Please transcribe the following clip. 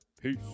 Peace